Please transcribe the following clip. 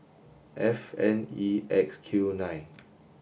F N E X Q nine